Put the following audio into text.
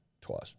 twice